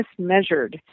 mismeasured